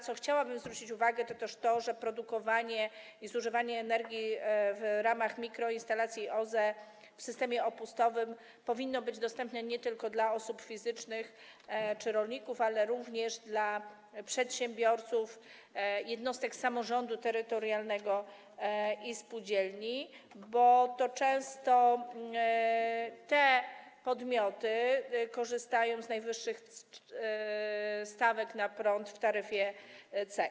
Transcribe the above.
Chciałabym zwrócić uwagę też na to, że produkowanie i zużywanie energii w ramach mikroinstalacji OZE w systemie opustowym powinno być dostępne nie tylko dla osób fizycznych czy rolników, ale również dla przedsiębiorców, jednostek samorządu terytorialnego i spółdzielni, bo często to te podmioty korzystają z najwyższych stawek na prąd w taryfie C.